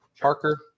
Parker